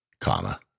comma